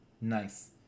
Nice